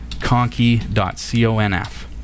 conky.conf